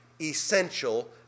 essential